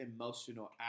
emotional